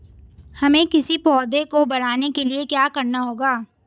हमें किसी पौधे को बढ़ाने के लिये क्या करना होगा?